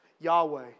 Yahweh